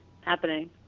happening